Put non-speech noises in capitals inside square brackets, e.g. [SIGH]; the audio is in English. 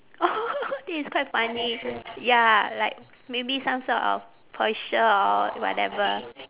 oh [LAUGHS] this is quite funny ya like maybe some sort of posture or whatever